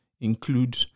include